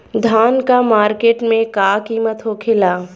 धान क मार्केट में का कीमत होखेला?